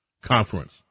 conference